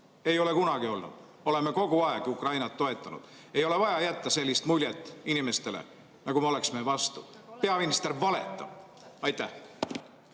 Ei ole kunagi olnud, oleme kogu aeg Ukrainat toetanud. Ei ole vaja jätta sellist muljet inimestele, nagu me oleksime vastu. Peaminister valetab. Aitäh,